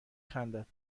خندد